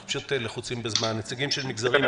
פשוט לחוצים בזמן נציגים של מגזרים -- כן,